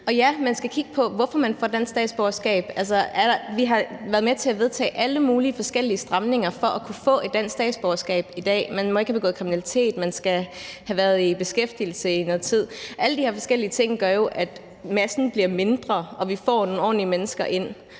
man skal kigge på, hvorfor man får dansk statsborgerskab. Vi har været med til at vedtage alle mulige forskellige stramninger i forhold til at kunne få et dansk statsborgerskab i dag: Man må ikke have begået kriminalitet, man skal have været i beskæftigelse i noget tid. Alle de her forskellige ting gør jo, at massen bliver mindre og vi får nogle ordentlige mennesker ind.